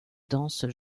danse